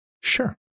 Sure